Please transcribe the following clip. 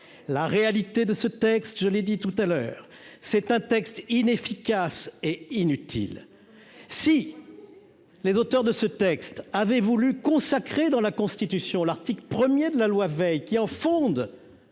la réalité de ce texte, je l'ai dit tout à l'heure, c'est un texte inefficace et inutile si les auteurs de ce texte avait voulu consacrée dans la Constitution, l'article 1er de la loi Veil qui en fonde